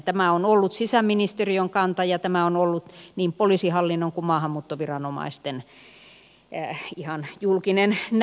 tämä on ollut sisäministeriön kanta ja tämä on ollut niin poliisihallinnon kuin maahanmuuttoviranomaisten ihan julkinen näkemys